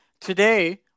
Today